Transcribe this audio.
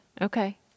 Okay